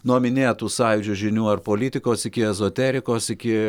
nuo minėtų sąjūdžio žinių ar politikos iki ezoterikos iki